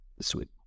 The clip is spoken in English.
sweet